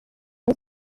های